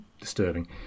disturbing